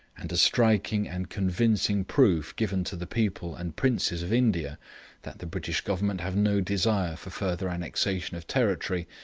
and a striking and convincing proof given to the people and princes of india that the british government have no desire for further annexation of territory,